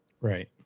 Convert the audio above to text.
Right